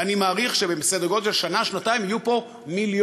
ואני מעריך שבסדר גודל של שנה-שנתיים יהיו פה מיליון,